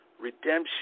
Redemption